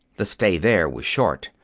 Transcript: the stay there was short.